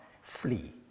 flee